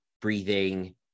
breathing